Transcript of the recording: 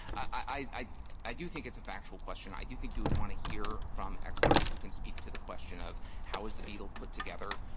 i i do think it's a factual question. i do think you'd want to hear from experts who can speak to the question of how is the beetle put together,